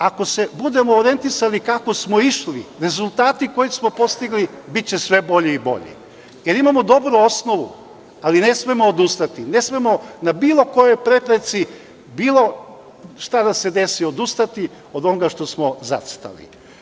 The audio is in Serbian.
Ako se budemo orijentisali kako smo išli rezultati koje smo postigli biće sve bolji i bolji, jer imamo dobru osnovu, ali ne smemo odustati, ne smemo na bilo kojoj prepreci, bilo šta da se desi odustati od onoga što smo zacrtali.